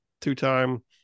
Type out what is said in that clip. two-time